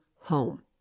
home